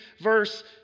verse